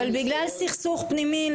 אבל בגלל סכסוך פנימי,